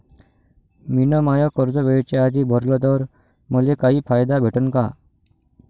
मिन माय कर्ज वेळेच्या आधी भरल तर मले काही फायदा भेटन का?